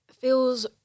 feels